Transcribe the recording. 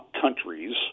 countries